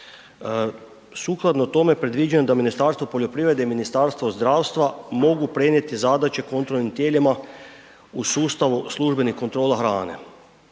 Sukladno tome predviđam da Ministarstvo poljoprivrede i Ministarstvo zdravstva mogu prenijeti zadaće kontrolnim tijelima u sustavu službenih kontrola hrane,